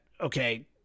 okay